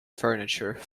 furniture